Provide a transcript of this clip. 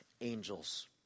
angels